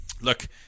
look